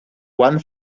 one